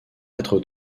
être